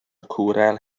cwrel